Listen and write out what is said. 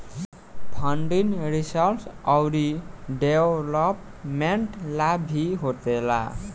funding research औरी development ला भी होखेला